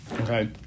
okay